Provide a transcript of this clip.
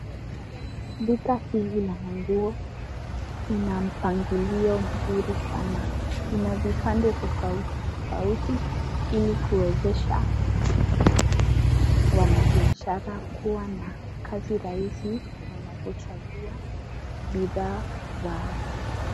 Duka hili la manguo ina mpangilio mzuri sana. Ina vipande tofauti tofauti ili kuwezesha wanabiashara kuwa na kazi rahisi wanapochagua bidhaa zao.